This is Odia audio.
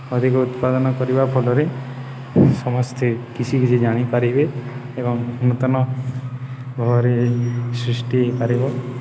ଅଧିକ ଉତ୍ପାଦନ କରିବା ଫଳରେ ସମସ୍ତେ କିଛି କିଛି ଜାଣିପାରିବେ ଏବଂ ନୂତନ ଭାବରେ ସୃଷ୍ଟି ହୋଇପାରିବ